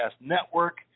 Network